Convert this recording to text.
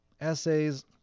essays